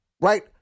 right